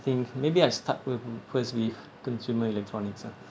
think maybe I start first with consumer electronics ah